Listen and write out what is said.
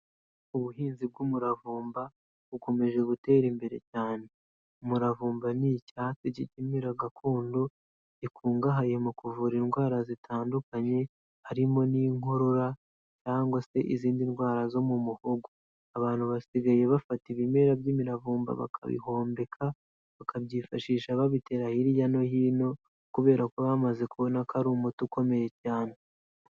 Ubuhinzi bw'umuravumba bukomeje gutera imbere cyane, umuravumba ni icyaha cy'ikimera gakondo, gikungahaye mu kuvura indwara zitandukanye harimo n'inkorora cyangwa se izindi ndwara zo mu muhogo, abantu basigaye bafata ibimera by'imiravumba bakabihombeka bakabyifashisha babitera hirya no hino kubera ko bamaze kubona ko ari umuti ukomeye cyane.